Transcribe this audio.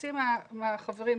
חצי מהחברים,